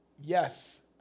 yes